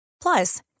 Plus